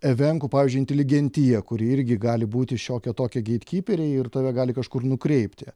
evenkų pavyzdžiui inteligentija kuri irgi gali būti šiokie tokie geitkyperiai ir tave gali kažkur nukreipti